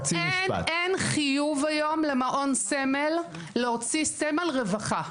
אין חיוב היום למעון סמל להוציא סמל רווחה.